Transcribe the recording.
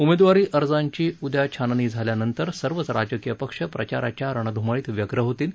उमेदवारी अर्जांची उद्या छाननी झाल्यानंतर सर्वच राजकीय पक्ष प्रचाराच्या रणधुमाळीत व्यग्र होतील